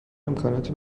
امکاناتی